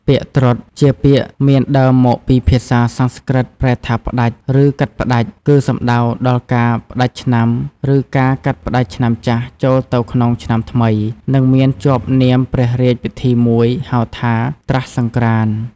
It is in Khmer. ពាក្យ «ត្រុដិ» ជាពាក្យមានដើមមកពីភាសាសំស្រ្កឹតប្រែថា ផ្តាច់ ឬកាត់ផ្ដាច់ គឺសំដៅដល់ការផ្តាច់ឆ្នាំ ឬការកាត់ផ្ដាច់ឆ្នាំចាស់ចូលទៅក្នុងឆ្នាំថ្មី និងមានជាប់នាមព្រះរាជពិធីមួយ ហៅថា «ត្រស្តិសង្ក្រាន្ត»។